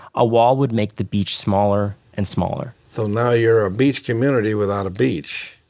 a wall would make the beach smaller and smaller so now, you're a beach community without a beach.